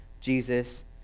Jesus